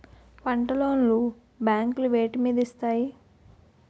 పంట లోన్ లు బ్యాంకులు వేటి మీద ఇస్తాయి?